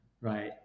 right